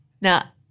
now